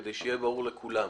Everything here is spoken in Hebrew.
כדי שיהיה ברור לכולם.